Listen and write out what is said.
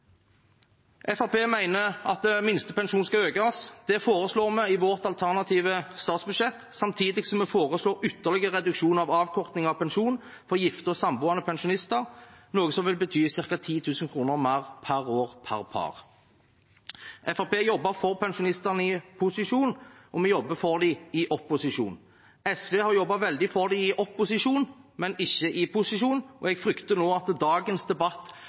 at minstepensjonen skal økes. Det foreslår vi i vårt alternative statsbudsjett, samtidig som vi foreslår ytterligere å redusere avkortingen av pensjon for gifte og samboende pensjonister, noe som vil bety ca. 10 000 kr mer per år per par. Fremskrittspartiet jobbet for pensjonistene i posisjon, og vi jobber for dem i opposisjon. SV har jobbet veldig for dem i opposisjon, men ikke i posisjon, og jeg frykter nå at dagens debatt